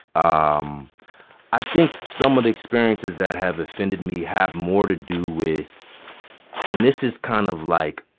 um i think some of the experiences that have offended me have more to do with and this is kind of, like,